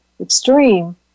extreme